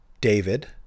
david